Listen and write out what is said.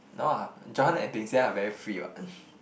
no ah John and Bing-Xian are very free [what]